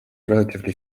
relatively